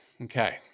Okay